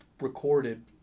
recorded